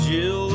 Jill